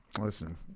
Listen